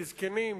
בזקנים,